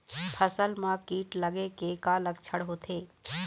फसल म कीट लगे के का लक्षण होथे?